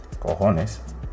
Cojones